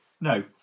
no